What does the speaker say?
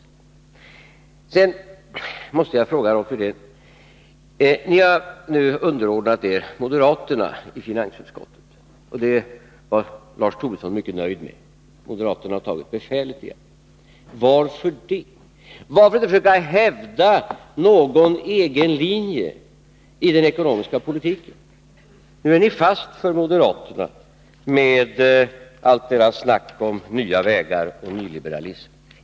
Jag måste ställa en fråga till Rolf Wirtén, eftersom ni har underordnat er moderaterna i finansutskottet, vilket Lars Tobisson var mycket nöjd med. Moderaterna har tagit befälet igen. Varför det? Varför inte försöka hävda en egen linje i den ekonomiska politiken? Nu är ni fast för moderaterna, med allt deras tal om nya vägar och nyliberalism.